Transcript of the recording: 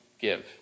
give